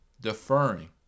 deferring